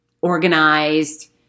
organized